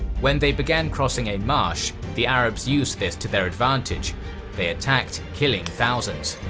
when they began crossing a marsh, the arabs used this to their advantage they attacked, killing thousands.